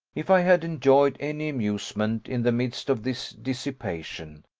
if i had enjoyed any amusement in the midst of this dissipation,